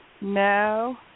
No